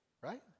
right